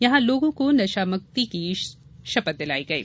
जहां लोगों को नशामुक्ति की शपथ दिलाई गई